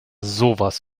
sowas